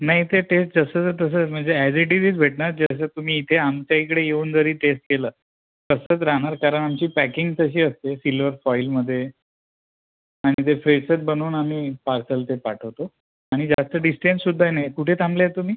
नाही ते टेस्ट जसंच्या तसंच म्हणजे अज इट इज भेटणार जसं तुम्ही इथे आमच्या इकडे येऊन जरी टेस्ट केलं तसंच राहणार कारण आमची पॅकिंग तशी असते सिल्वर फॉइलमध्ये आणि ते फ्रेशच बनवून आम्ही पार्सल ते पाठवतो आणि जास्त डिस्टन्ससुद्धा नाही आहे कुठे थांबलेत तुम्ही